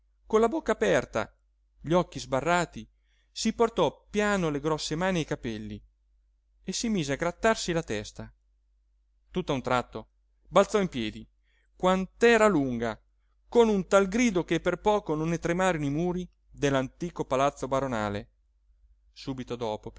con la bocca aperta gli occhi sbarrati si portò piano le grosse mani ai capelli e si mise a grattarsi la testa tutt'a un tratto balzò in piedi quant'era lunga con un tal grido che per poco non ne tremarono i muri dell'antico palazzo baronale subito dopo